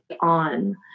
on